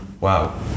Wow